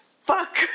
Fuck